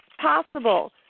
possible